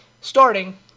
starting